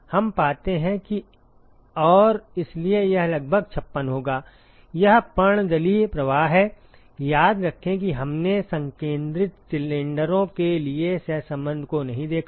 हम पाते हैं कि और इसलिए यह लगभग 56 होगा यह पर्णदलीय प्रवाह है याद रखें कि हमने संकेंद्रित सिलेंडरों के लिए सहसंबंध को नहीं देखा